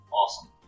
awesome